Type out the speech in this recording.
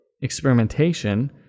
experimentation